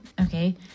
Okay